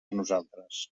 nosaltres